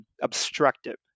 obstructive